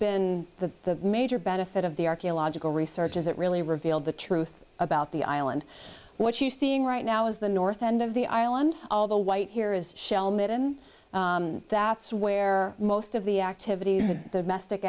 been the major benefit of the archaeological research is that really revealed the truth about the island what you seeing right now is the north end of the island all the white here is shell mitten that's where most of the activity